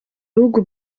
bihugu